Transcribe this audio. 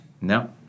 No